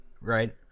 right